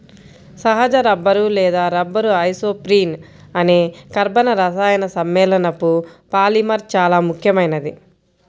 సహజ రబ్బరు లేదా rubber isoprene అనే కర్బన రసాయన సమ్మేళనపు పాలిమర్ చాలా ముఖ్యమైనది